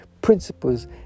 principles